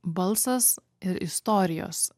balsas ir istorijos